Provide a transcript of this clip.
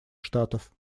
штатов